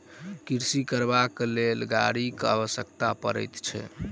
कृषि करबाक लेल गाड़ीक आवश्यकता पड़ैत छै